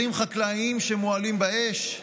כלים חקלאיים שמועלים באש,